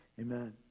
Amen